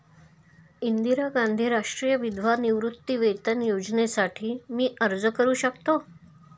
इंदिरा गांधी राष्ट्रीय विधवा निवृत्तीवेतन योजनेसाठी मी अर्ज करू शकतो?